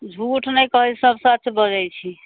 झूठ नहि कहैत छी सब सच बजैत छी